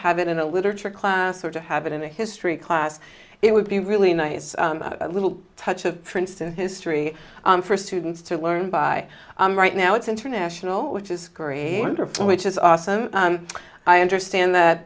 have it in a literature class or to have it in a history class it would be really nice little touch of princeton history for students to learn by right now it's international which is which is awesome i understand that